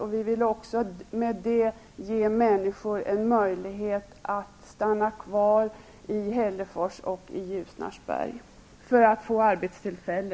Och vi vill med detta också ge människor möjlighet att stanna kvar i Hällefors och Ljusnarsberg och få arbete.